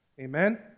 Amen